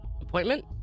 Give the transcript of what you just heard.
Appointment